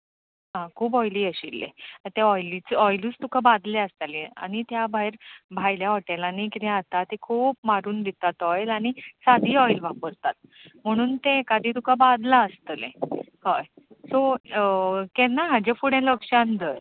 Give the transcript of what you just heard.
खूब ऑयली आशिल्ले ऑयलूच तुका बादल्या आसतली आनी त्या भायर भायल्या हॉटेलांनी कितें खाता ते खूब मारून दितात ऑयल आनी सादी ऑयल वापर तात म्हणून तें एकादी तुका बादलां आसतलें हय सो केन्ना हाजे फुडें लक्षांत धर